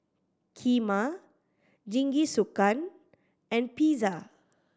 Kheema Jingisukan and Pizza